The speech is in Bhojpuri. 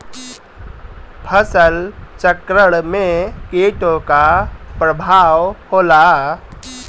फसल चक्रण में कीटो का का परभाव होला?